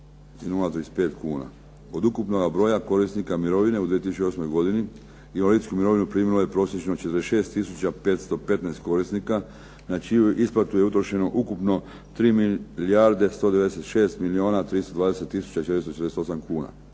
Od ukupnoga broja korisnika mirovine u 2008. godini invalidsku mirovinu primilo je prosječno 46 tisuća 515 korisnika na čiju isplatu je utrošeno ukupno 3 milijarde 196